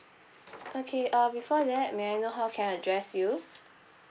okay uh before that may I know how can I address you